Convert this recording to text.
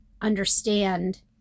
understand